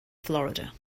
florida